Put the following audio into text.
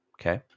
Okay